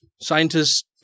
Scientists